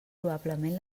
probablement